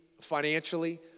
financially